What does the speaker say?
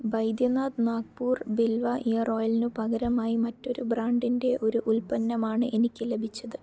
Baidyanath Nagpur Bilva ear ഓയിലിനു പകരമായി മറ്റൊരു ബ്രാൻഡിന്റെ ഒരു ഉൽപ്പന്നമാണ് എനിക്ക് ലഭിച്ചത്